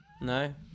No